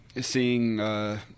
seeing –